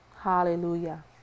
Hallelujah